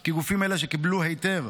כי גופים אלו שקיבלו היתר,